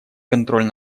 контроль